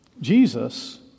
Jesus